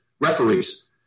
referees